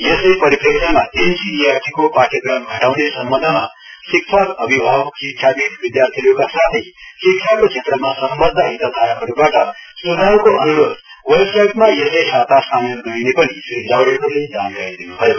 यसै परिप्रेक्ष्यमा एनसीईआरटीको पाठ्यक्रम घटाउने सम्बन्धमा शिक्षक अभिभावक शिक्षाविद् विद्यार्थीहरूका साथै शिक्षाको क्षेत्रका सम्बन्ध हितधारकहरूबाटट सुझावको अनुरोध वेबसाइटमा यसै साता सामेल गरिने पनि श्री जावेडकरले जानकारी दिनुभयो